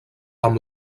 amb